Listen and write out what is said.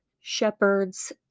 Shepherds